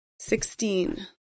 Sixteen